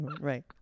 Right